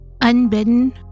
unbidden